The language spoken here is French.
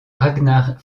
ragnar